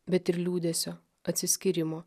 bet ir liūdesio atsiskyrimo